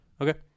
Okay